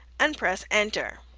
and press enter.